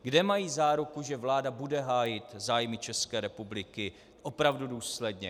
Kde mají záruku, že vláda bude hájit zájmy České republiky opravdu důsledně?